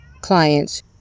clients